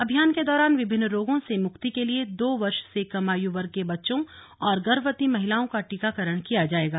अभियान के दौरान विभिन्न रोगों से मुक्ति के लिए दो वर्ष से कम आयु वर्ग के बच्चों और गर्भवती महिलाओं का टीकाकरण किया जाएगा